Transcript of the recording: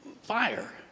fire